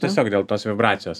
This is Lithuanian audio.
tiesiog dėl tos vibracijos